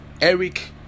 Eric